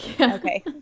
okay